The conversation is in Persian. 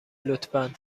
لطفا